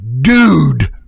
Dude